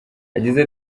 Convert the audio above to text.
yagize